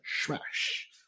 smash